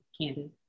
Candy